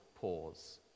pause